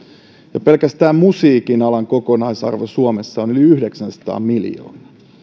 jo pelkästään musiikin alan kokonaisarvo suomessa on yli yhdeksänsataa miljoonaa